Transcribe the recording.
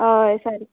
हय सारकें